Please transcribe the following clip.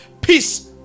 peace